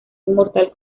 inmortal